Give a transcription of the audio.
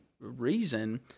reason